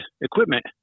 equipment